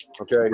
Okay